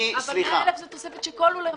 אבל 100,000 זו תוספת של כל לול הרפורמה.